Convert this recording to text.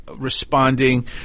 responding